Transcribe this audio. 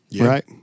right